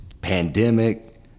pandemic